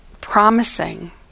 promising